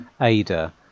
Ada